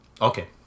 Okay